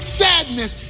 sadness